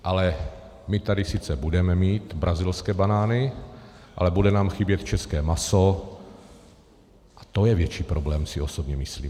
Ale my tady sice budeme mít brazilské banány, ale bude nám chybět české maso a to je větší problém, si já osobně myslím.